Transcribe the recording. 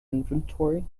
inventory